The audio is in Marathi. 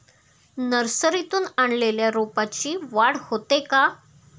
नर्सरीतून आणलेल्या रोपाची वाढ होते का?